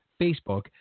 Facebook